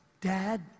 dad